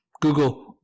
Google